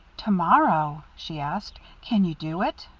to-morrow? she asked. can you do it?